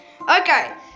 Okay